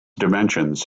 dimensions